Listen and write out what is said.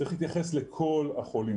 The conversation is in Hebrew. צריך להתייחס לכל החולים,